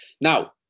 Now